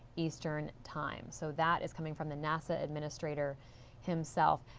eastern time. so that is coming from the nasa administrator himself.